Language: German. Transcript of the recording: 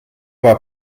war